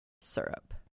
syrup